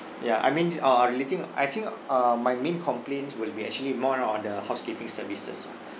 ya I mean uh I really think I think uh my main complaints will be actually more on the housekeeping services